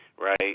right